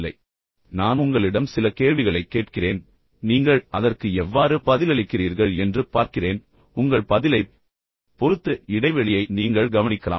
இப்போது நான் உங்களிடம் சில கேள்விகளைக் கேட்கிறேன் பின்னர் நீங்கள் அதற்கு எவ்வாறு பதிலளிக்கிறீர்கள் என்று பார்க்கிறேன் மேலும் உங்கள் பதிலைப் பொறுத்து இடைவெளியை நீங்கள் கவனிக்கலாம்